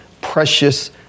precious